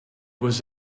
was